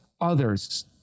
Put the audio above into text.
others